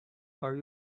are